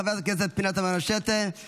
חברת הכנסת פנינה תמנו שטה, בבקשה.